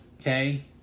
Okay